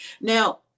Now